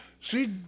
See